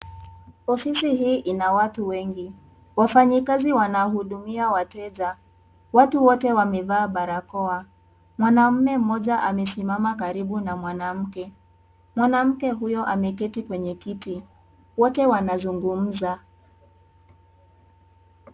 Ofisi hii ina watu wengi , wafanyikazi wanahudumia wateja watu wote wamevaa barakoa, mwanaume mmoja amesimama karibu na mwanamke , mwanamke huyo ameketi kwenye kiti wote wanazungumza.